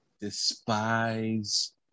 despise